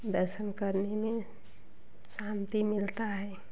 दर्शन करने में शांति मिलता है